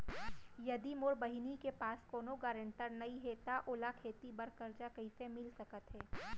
यदि मोर बहिनी के पास कोनो गरेंटेटर नई हे त ओला खेती बर कर्जा कईसे मिल सकत हे?